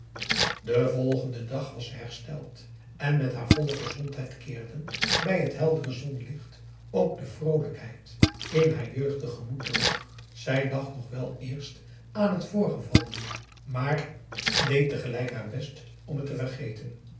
den volgenden dag was ze hersteld en met haar volle gezondheid keerden bij het heldere zonlicht ook p a daum hoe hij raad van indië werd onder ps maurits de vroolijkheid in haar jeugdig gemoed terug zij dacht nog wel eerst aan t voorgevallene maar deed tegelijk haar best om het te vergeten